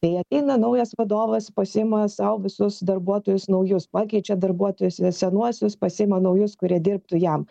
kai ateina naujas vadovas pasiima sau visus darbuotojus naujus pakeičia darbuotojus į senuosius pasiima naujus kurie dirbtų jam